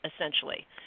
essentially